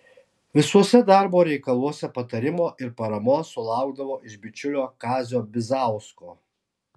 visuose darbo reikaluose patarimo ir paramos sulaukdavo iš bičiulio kazio bizausko